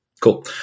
Cool